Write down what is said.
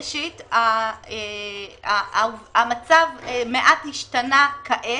ראשית, המצב מעט השתנה כעת,